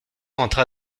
entra